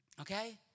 Okay